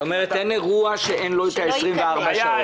זאת אומרת שאין אירוע שאין לו את ה-24 שעות.